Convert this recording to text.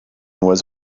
was